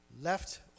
left